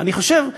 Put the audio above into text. אני חושב,